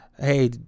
hey